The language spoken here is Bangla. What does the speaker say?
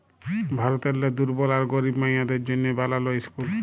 ভারতেরলে দুর্বল আর গরিব মাইয়াদের জ্যনহে বালাল ইসকুল